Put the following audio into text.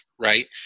right